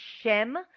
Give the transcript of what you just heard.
Shem